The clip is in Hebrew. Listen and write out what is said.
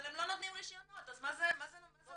אבל הם לא נותנים רישיונות אז מה זה עוזר?